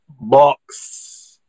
Box